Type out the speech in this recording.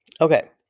Okay